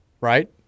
right